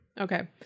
Okay